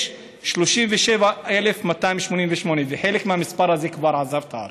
יש 37,238, וחלק מהמספר הזה כבר עזבו את הארץ.